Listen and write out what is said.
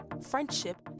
friendship